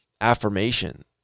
affirmation